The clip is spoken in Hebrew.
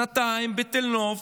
שנתיים בתל נוף,